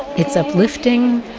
it's uplifting.